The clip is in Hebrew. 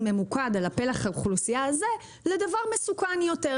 ממוקד על פלח האוכלוסייה הזה לדבר מסוכן יותר,